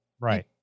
Right